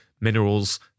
minerals